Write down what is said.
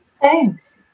Thanks